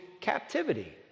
captivity